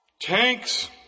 tanks